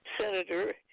senator